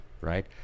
right